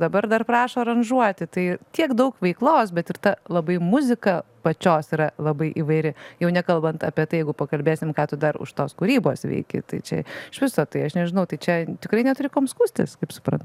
dabar dar prašo aranžuoti tai tiek daug veiklos bet ir ta labai muzika pačios yra labai įvairi jau nekalbant apie tai jeigu pakalbėsim ką tu dar už tos kūrybos veiki tai čia iš viso tai aš nežinau tai čia tikrai neturi kuom skųstis kaip supran